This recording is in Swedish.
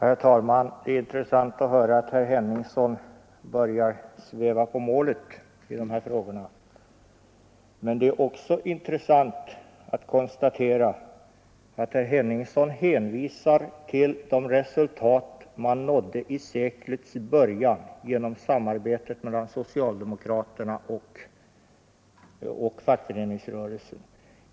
Herr talman! Det är intressant att höra att herr Henningsson börjar sväva på målet i dessa frågor. Men det är också intressant att konstatera att herr Henningsson hänvisar till de resultat man nådde vid seklets början genom samarbete mellan socialdemokraterna och fackföreningsrörelsen.